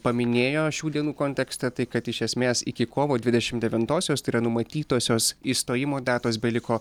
paminėjo šių dienų kontekste tai kad iš esmės iki kovo dvidešim devintosios tai yra numatytosios įstojimo datos beliko